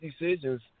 decisions